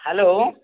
hello